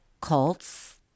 cults